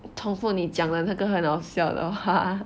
重复你讲的那个很好笑的 lor